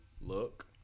look